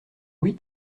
oui